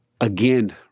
Again